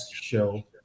show